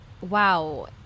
wow